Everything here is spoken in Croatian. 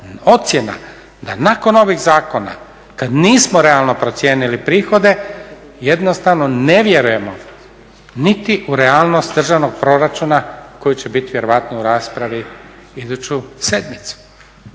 ocjena da nakon ovih zakona kad nismo realno procijenili prihode jednostavno ne vjerujemo niti u realnost državnog proračuna koji će biti vjerojatno u raspravi iduću sedmicu.